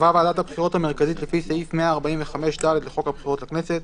שקבעה ועדת הבחירות המרכזית לפי סעיף 145(ד) לחוק הבחירות לכנסת,